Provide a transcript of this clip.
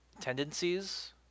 tendencies